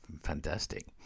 fantastic